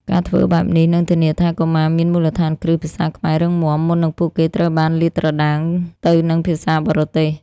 ការធ្វើបែបនេះនឹងធានាថា កុមារមានមូលដ្ឋានគ្រឹះភាសាខ្មែររឹងមាំ មុននឹងពួកគេត្រូវបានលាតត្រដាងទៅនឹងភាសាបរទេស។